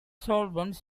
solvents